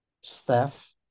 Staff